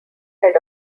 head